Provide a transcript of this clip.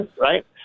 Right